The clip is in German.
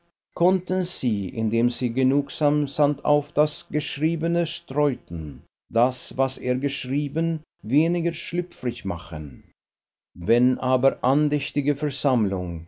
konnten sie indem sie genugsam sand auf das geschriebene streuten das was er geschrieben weniger schlüpfrig machen wenn aber andächtige versammlung